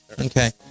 Okay